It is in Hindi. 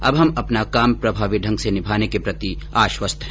अब हम अपना काम प्रभावी ढंग से निभाने के प्रति आश्वस्त हैं